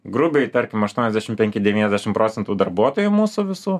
grubiai tarkim aštuoniasdešim penki devyniasdešim procentų darbuotojų mūsų visų